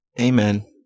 Amen